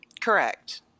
Correct